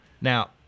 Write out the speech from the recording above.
Now